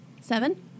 Seven